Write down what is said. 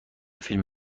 فیلم